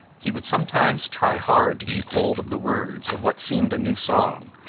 he would sometimes try hard to keep hold of the words of what seemed a new song,